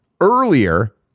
earlier